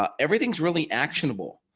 um everything's really actionable.